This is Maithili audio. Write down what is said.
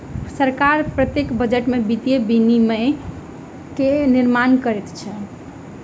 सरकार प्रत्येक बजट में वित्तीय विनियम के निर्माण करैत अछि